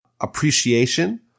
appreciation